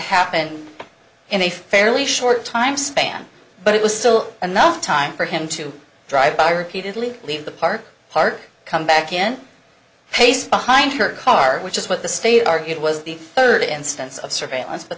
happen in a fairly short time span but it was still enough time for him to drive by repeatedly leave the park park come back in pace behind her car which is what the state argued was the third instance of surveillance but